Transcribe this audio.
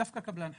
קבלן חרדי,